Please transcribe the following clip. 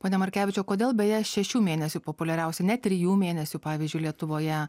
pone narkevičiau kodėl beje šešių mėnesių populiariausi ne trijų mėnesių pavyzdžiui lietuvoje